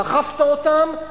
דחפת אותם,